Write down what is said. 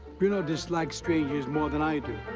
bruno dislikes strangers more than i do.